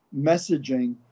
messaging